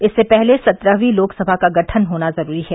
इससे पहले सत्रहबीं लोकसभा का गठन होना जरूरी है